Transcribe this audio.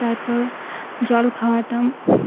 তারপর জল খাওয়াতাম